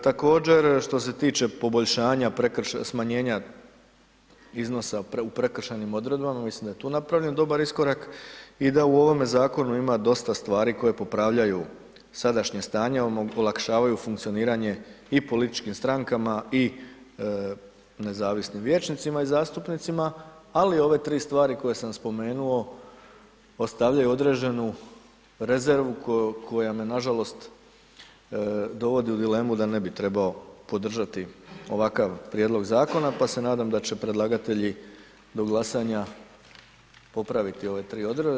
Također što se tiče poboljšanja smanjenja iznosa u prekršajnim odredbama, mislim da je tu napravljen dobar iskorak i da u ovome zakonu ima dosta stvari koje popravljaju sadašnje stanje, olakšavaju funkcioniranje i političkim strankama i nezavisnim vijećnicima i zastupnicima, ali ove tri stvari koje sam spomenuo ostavljaju određenu rezervu koja me, nažalost, dovodi u dilemu da ne bi trebao podržati ovakav prijedlog zakona, pa se nadam da će predlagatelji do glasanja popraviti ove tri odredbe.